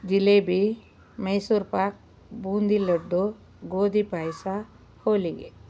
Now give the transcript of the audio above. ಜಿಲೇಬಿ ಮೈಸೂರ್ ಪಾಕ್ ಬೂಂದಿ ಲಡ್ಡು ಗೋಧಿ ಪಾಯಸ ಹೋಳಿಗೆ